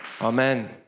Amen